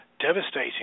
devastating